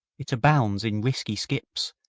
it abounds in risky skips,